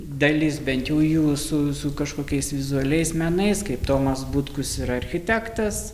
dalis bent jau jų su su kažkokiais vizualiais menais kaip tomas butkus yra architektas